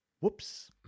whoops